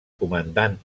comandant